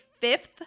fifth